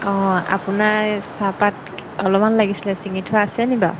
অঁ আপোনাৰ চাহপাত অলপমান লাগিছিলে চিঙি থোৱা আছে নি বাৰু